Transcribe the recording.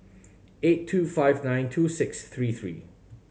eight two five nine two six three three